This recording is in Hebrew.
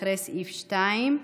2, אחרי סעיף 2,